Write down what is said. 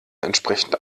entsprechend